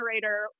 generator